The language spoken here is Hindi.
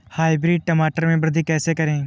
हाइब्रिड टमाटर में वृद्धि कैसे करें?